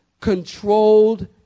controlled